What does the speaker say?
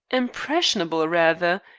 impressionable, rather.